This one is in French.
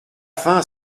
fin